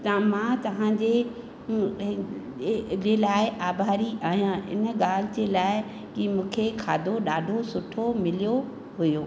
त मां तव्हांजे जे लाइ आभारी आहियां इन ॻाल्हि जे लाइ की मूंखे खाधो ॾाढो सुठो मिलियो हुयो